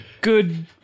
good